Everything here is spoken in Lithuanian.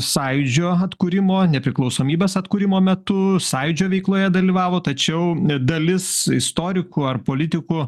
sąjūdžio atkūrimo nepriklausomybės atkūrimo metu sąjūdžio veikloje dalyvavo tačiau dalis istorikų ar politikų